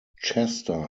chester